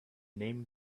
name